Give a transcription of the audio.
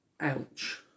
ouch